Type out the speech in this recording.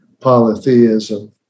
polytheism